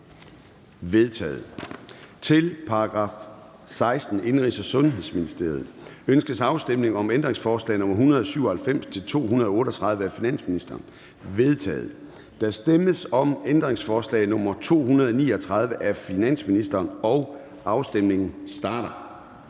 vedtaget. Til § 16. Indenrigs- og Sundhedsministeriet. Ønskes afstemning om ændringsforslag nr. 197-238 af finansministeren? De er vedtaget. Der stemmes om ændringsforslag nr. 239 af finansministeren, og afstemningen starter.